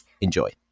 enjoy